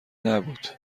نبود